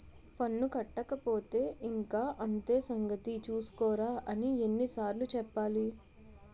పన్ను కట్టకపోతే ఇంక అంతే సంగతి చూస్కోరా అని ఎన్ని సార్లు చెప్పాలి